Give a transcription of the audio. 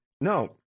No